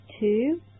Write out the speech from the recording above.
two